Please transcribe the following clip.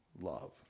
love